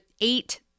eight